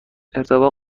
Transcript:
ارتباط